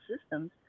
systems